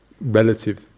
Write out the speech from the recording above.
relative